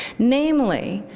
namely,